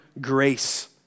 grace